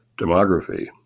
demography